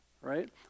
right